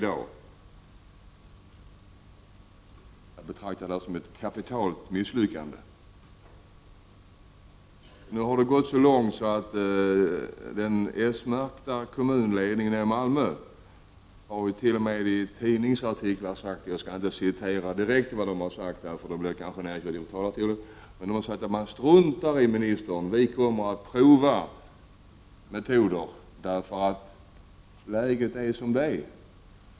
Jag betraktar det som ett kapitalt misslyckande. Nu har det gått så långt att den s-märkta kommunledningen i Malmö i tidningsartiklar har uttalat — jag skall inte citera direkt — att man struntar i ministern och att man kommer att prova andra modeller då läget är som det är.